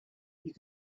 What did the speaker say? you